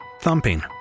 thumping